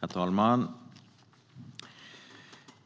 Herr talman!